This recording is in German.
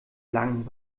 lang